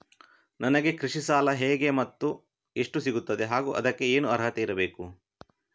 ನನಗೆ ಕೃಷಿ ಸಾಲ ಹೇಗೆ ಮತ್ತು ಎಷ್ಟು ಸಿಗುತ್ತದೆ ಹಾಗೂ ಅದಕ್ಕೆ ಏನು ಅರ್ಹತೆ ಇರಬೇಕು?